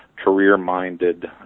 career-minded